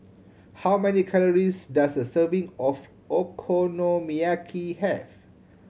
how many calories does a serving of Okonomiyaki have